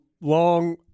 long